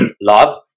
love